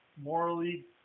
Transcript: morally